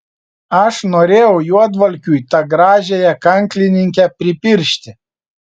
aš norėjau juodvalkiui tą gražiąją kanklininkę pripiršti